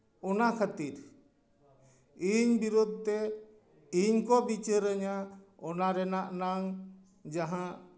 ᱚᱱᱟ ᱠᱷᱟᱹᱛᱤᱨ ᱤᱧ ᱵᱤᱨᱩᱫᱽᱫᱷᱮ ᱤᱧᱠᱚ ᱵᱤᱪᱟᱹᱨᱤᱧᱟ ᱚᱱᱟ ᱨᱮᱱᱟᱜ ᱱᱟᱝ ᱡᱟᱦᱟᱸ